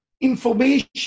information